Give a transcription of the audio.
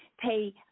pay